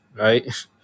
right